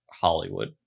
Hollywood